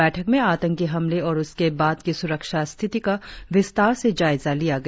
बैठक में आतंकी हमले और उसके बाद की सुरक्षा स्थिति का विस्तार से जायजा लिया गया